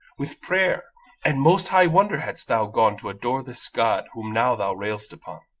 with prayer and most high wonder hadst thou gone to adore this god whom now thou rail'st upon!